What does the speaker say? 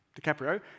DiCaprio